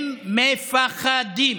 הם מ-פ-ח-דים.